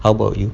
how about you